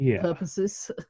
purposes